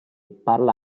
parla